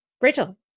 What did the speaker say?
Rachel